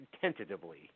tentatively